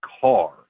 car